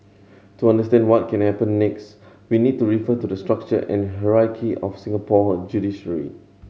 to understand what can happen next we need to refer to the structure and hierarchy of Singapore's judiciary